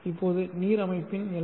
இப்போது நீர் அமைப்பின் எல்